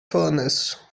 furnace